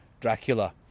Dracula